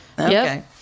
okay